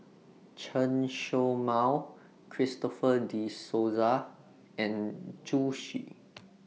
Chen Show Mao Christopher De Souza and Zhu Xu